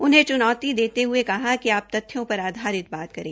उन्हें चुनौती देते हुए कहा कि आप तथ्यों पर आधारित बात करें